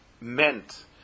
meant